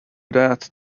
that